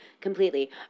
completely